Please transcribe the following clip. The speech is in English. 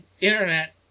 internet